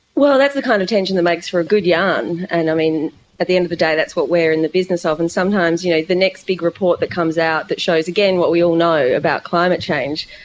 well, that's the kind of tension that makes for a good yarn, and at the end of the day that's what we are in the business of. and sometimes you know the next big report that comes out that shows, again, what we all know about climate change,